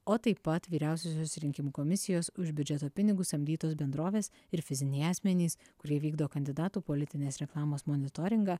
o taip pat vyriausiosios rinkimų komisijos už biudžeto pinigus samdytos bendrovės ir fiziniai asmenys kurie vykdo kandidatų politinės reklamos monitoringą